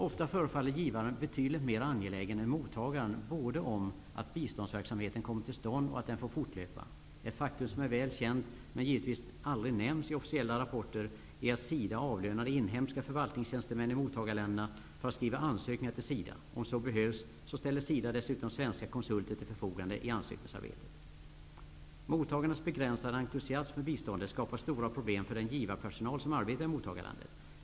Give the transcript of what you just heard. Ofta förefaller givaren betydligt mer angelägen än mottagaren både om att biståndsverksamheten kommer till stånd och att den får fortlöpa. Ett faktum som är väl känt men givetvis aldrig nämns i officiella rapporter är att SIDA avlönar inhemska förvaltningstjänstemän i mottagarländerna för att skriva ansökningar till SIDA. Om så behövs ställer SIDA dessutom svenska konsulter till förfogande i ansökningsarbetet. Mottagarnas begränsade entusiasm för biståndet skapar stora problem för den givarpersonal som arbetar i mottagarlandet.